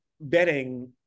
betting